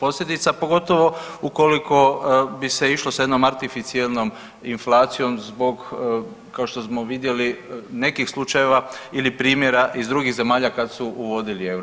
posljedica pogotovo ukoliko bi se išlo sa jednom artificijelnom inflacijom zbog kao što smo vidjeli nekih slučajeva ili primjera iz drugih zemalja kada su uvodili euro.